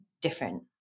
different